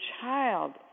child